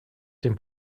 dem